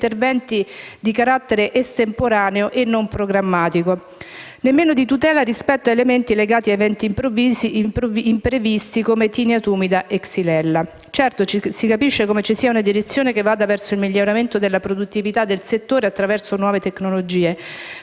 interventi di carattere estemporaneo e non programmatico, nemmeno di tutela rispetto a elementi legati a eventi imprevisti, come aethina tumida e xylella. Certo si capisce come ci sia una direzione che vada verso il miglioramento della produttività del settore attraverso nuove tecnologie,